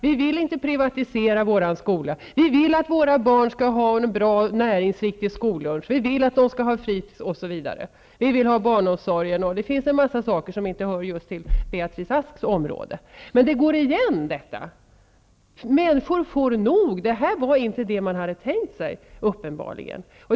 Vi vill inte privatisera vår skola. Vi vill att våra barn skall ha en bra och näringsriktig skollunch. Vi vill att de skall ha barnomsorg och fritidshem.'' Det är mycket som inte hör just till Beatrice Asks område, men detta går igen. Människor får nog; det här var uppenbarligen inte vad de hade tänkt sig.